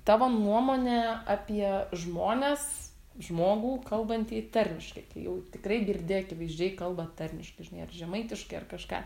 tavo nuomonė apie žmones žmogų kalbantį tarmiškai tai jau tikrai girdi akivaizdžiai kalba tarmiškai žinai ar žemaitiškai ar kažką